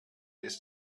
ist